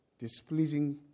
displeasing